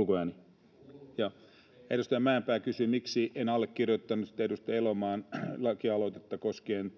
eroja. Edustaja Mäenpää kysyi, miksi en allekirjoittanut sitä edustaja Elomaan lakialoitetta koskien,